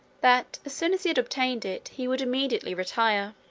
that, as soon as he had obtained it, he would immediately retire.